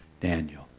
Daniel